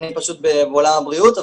אני פשוט בעולם הבריאות,